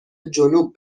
جنوب